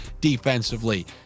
defensively